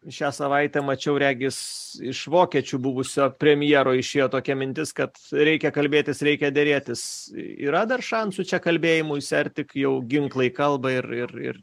šią savaitę mačiau regis iš vokiečių buvusio premjero išėjo tokia mintis kad reikia kalbėtis reikia derėtis yra dar šansų čia kalbėjimuisi ar tik jau ginklai kalba ir ir ir